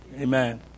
Amen